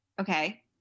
Okay